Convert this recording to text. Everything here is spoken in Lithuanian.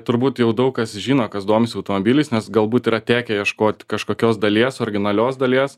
turbūt jau daug kas žino kas domisi automobiliais nes galbūt yra tekę ieškot kažkokios dalies originalios dalies